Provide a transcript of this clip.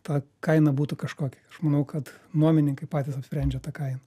ta kaina būtų kažkokia aš manau kad nuomininkai patys apsprendžia tą kainą